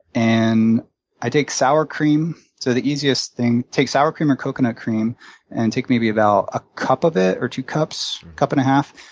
and i take sour cream so the easiest thing, take sour cream or coconut cream and take maybe about a cup of it or two cups, cup and a half,